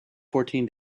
fourteen